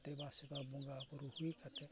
ᱫᱮᱵᱟ ᱥᱮᱵᱟ ᱵᱚᱸᱜᱟ ᱵᱳᱨᱳ ᱦᱩᱭ ᱠᱟᱛᱮ